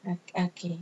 oh okay